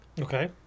Okay